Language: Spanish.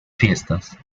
fiestas